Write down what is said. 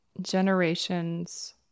generations